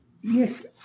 Yes